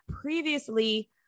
previously